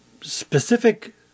specific